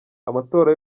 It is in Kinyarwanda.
amatora